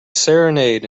serenade